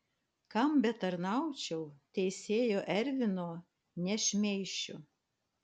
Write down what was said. kam betarnaučiau teisėjo ervino nešmeišiu